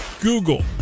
Google